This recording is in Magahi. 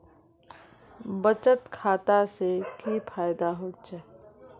बचत खाता से की फायदा होचे?